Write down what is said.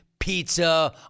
pizza